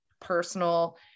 personal